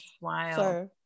wow